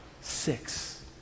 six